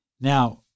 Now